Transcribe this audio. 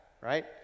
right